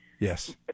Yes